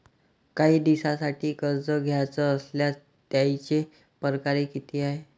कायी दिसांसाठी कर्ज घ्याचं असल्यास त्यायचे परकार किती हाय?